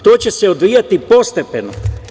To će se odvijati postepeno.